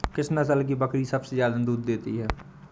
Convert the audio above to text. किस नस्ल की बकरी सबसे ज्यादा दूध देती है?